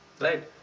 right